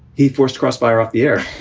he forced crossfire off the air